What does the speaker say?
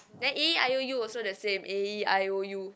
then A E I O U also the same A E I O U